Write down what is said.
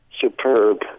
superb